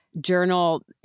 journal